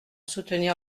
soutenir